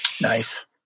Nice